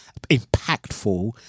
impactful